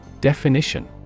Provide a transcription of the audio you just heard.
Definition